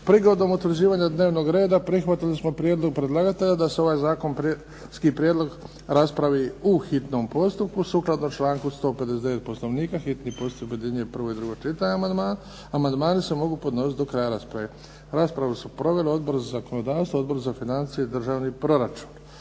Prigodom utvrđivanja dnevnog reda prihvatili smo prijedlog predlagatelja da se ovaj zakonski prijedlog raspravi u hitnom postupku sukladno članku 159. Poslovnika. Hitni postupak objedinjuje prvo i drugo čitanje. Amandmani se mogu podnositi do kraja rasprave. Raspravu su proveli Odbor za zakonodavstvo, Odbor za financije i državni proračun.